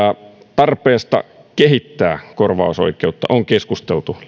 tarpeesta kehittää korvausoikeutta on keskusteltu